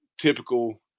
typical